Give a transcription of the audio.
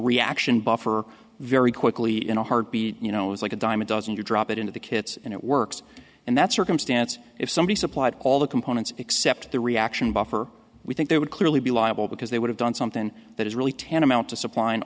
reaction buffer very quickly in a heartbeat you know it was like a dime a dozen you drop it into the kits and it works and that circumstance if somebody supplied all the components except the reaction buffer we think they would clearly be liable because they would have done something that is really tantamount to supply and